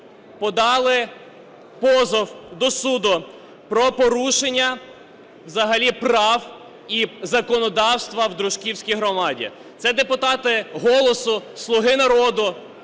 подали позов до суду про порушення взагалі прав і законодавства в Дружківській громаді – це депутати "Голосу", "Слуга народу",